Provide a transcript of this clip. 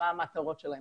אני